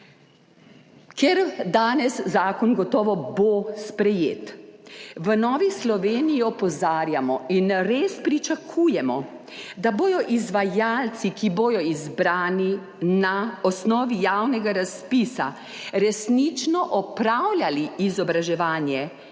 Ker bo danes zakon gotovo sprejet, v Novi Sloveniji opozarjamo in res pričakujemo, da bodo izvajalci, ki bodo izbrani na osnovi javnega razpisa, resnično opravljali izobraževanje,